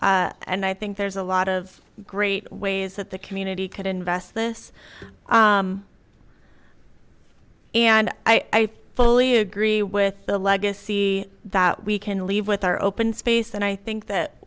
decision and i think there's a lot of great ways that the community could invest this and i fully agree with the legacy that we can leave with our open space and i think that